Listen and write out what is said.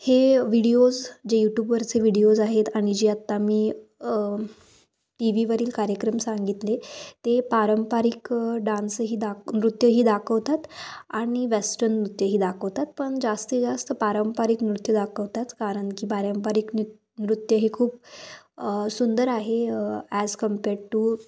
हे व्हिडिओज जे यूटूबवरचे व्हिडिओज आहेत आणि जे आता मी टीव्हीवरील कार्यक्रम सांगितले ते पारंपरिक डान्सही दाक नृत्यही दाखवतात आणि वेस्टर्न नृत्यही दाखवतात पण जास्ती जास्त पारंपरिक नृत्य दाखवतात कारण की पारंपरिक नृ नृत्य हे खूप सुंदर आहे ॲज कंपेर टू